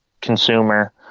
consumer